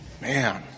man